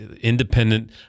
independent